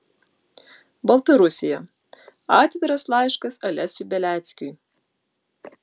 baltarusija atviras laiškas alesiui beliackiui